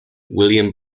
william